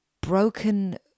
broken